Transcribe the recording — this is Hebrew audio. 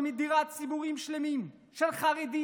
שמדירה ציבורים שלמים של חרדים,